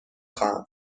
خواهم